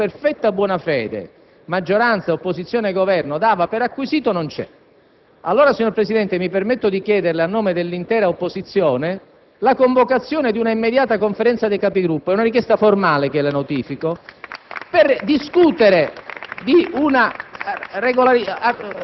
Però, signor Presidente, ad oggi il presupposto che noi tutti ieri, in perfetta buona fede, maggioranza, opposizione e Governo, davamo per acquisito, non c'è. Allora, signor Presidente, mi permetto di chiederle, a nome dell'intera opposizione, la convocazione di una immediata Conferenza dei Capigruppo (è una richiesta formale che le notifico)